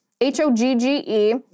H-O-G-G-E